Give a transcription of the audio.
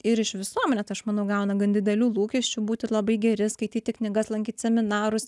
ir iš visuomenės aš manau gauna gan didelių lūkesčių būti labai geri skaityti knygas lankyt seminarus